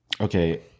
Okay